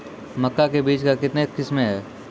मक्का के बीज का कितने किसमें हैं?